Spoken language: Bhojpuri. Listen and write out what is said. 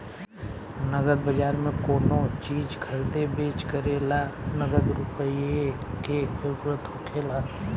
नगद बाजार में कोनो चीज खरीदे बेच करे ला नगद रुपईए के जरूरत होखेला